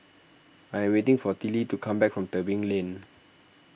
I am waiting for Tillie to come back from Tebing Lane